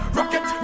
Rocket